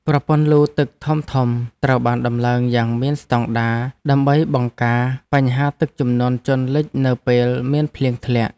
ប្រព័ន្ធលូទឹកធំៗត្រូវបានដំឡើងយ៉ាងមានស្តង់ដារដើម្បីបង្ការបញ្ហាទឹកជំនន់ជន់លិចនៅពេលមានភ្លៀងធ្លាក់។